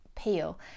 peel